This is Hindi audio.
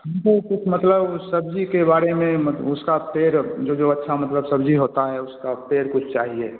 हमको कुछ मतलब सब्जी के बारे में मत उसका पेड़ जो जो अच्छा मतलब सब्जी होता है उसका पेड़ कुछ चाहिए